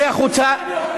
אתה עושה צחוק מעצמך.